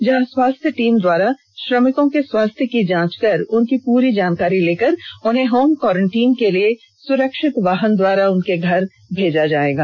जहां स्वास्थ्य टीम द्वारा श्रमिकों की स्वास्थ्य जांच कर उनकी पूरी जानकारी लेकर उन्हें होम क्वारंटीन के लिए सुरक्षित वाहन द्वारा उनके घर भेजा जाएगा